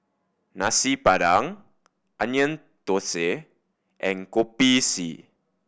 Nasi Padang Onion Thosai and Kopi C